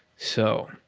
so,